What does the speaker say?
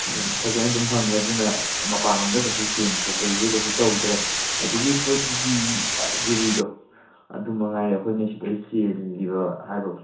ꯐꯖꯅ ꯑꯗꯨꯝ ꯐꯪꯉꯦ ꯑꯗꯨꯅ ꯃꯄꯥꯜꯂꯣꯝꯗ ꯀꯩꯁꯨ ꯆꯦꯟ ꯈꯣꯠꯄꯗꯨꯗꯤ ꯀꯩꯁꯨ ꯇꯧꯗ꯭ꯔꯦ ꯑꯗꯒꯤ ꯄꯣꯠ ꯌꯨꯕꯤ ꯌꯨꯕꯤꯗꯣ ꯑꯗꯨꯃꯉꯥꯏꯔꯦ ꯑꯩꯈꯣꯏꯅ ꯁꯤꯗꯒꯤ ꯆꯦꯟꯒꯤꯕ ꯍꯥꯏꯕꯕꯨ